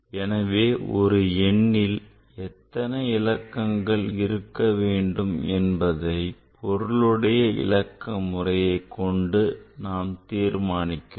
எனவே ஒரு எண்ணில் எத்தனை இலக்கங்கள் இருக்க வேண்டும் என்பதை பொருளுடைய இலக்க முறையைக் கொண்டு தீர்மானிக்கிறோம்